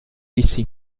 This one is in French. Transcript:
ici